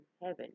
heaven